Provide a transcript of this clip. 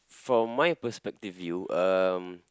from my perspective view um